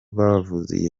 bavutse